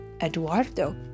Eduardo